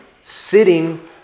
sitting